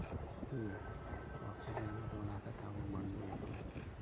ᱦᱮᱸ ᱚᱠᱥᱤᱡᱮᱱ ᱮᱢ ᱦᱚᱛᱮᱫ ᱛᱮ ᱟᱵᱚ ᱢᱟᱱᱢᱤ ᱮᱠᱷᱚᱱ